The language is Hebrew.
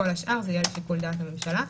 כל השאר לשיקול דעת הממשלה.